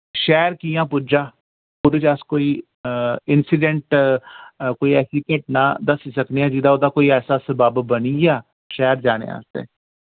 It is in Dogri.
शैह्र कि'यां पुज्जा उदे च अस कोई इंसिडेंट कोई ऐसी घटना दस्सी सकने आं जिदा उ'दा कोई ऐसा सबब बनिया शैह्र जाने आस्तै